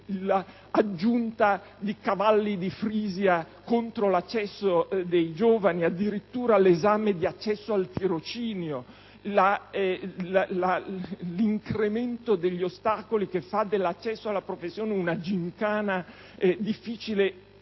l'aggiunta di cavalli di Frisia contro l'accesso dei giovani. Addirittura è previsto l'esame di accesso al tirocinio. Vi è un incremento degli ostacoli che fa dell'accesso alla professione una gimcana difficile e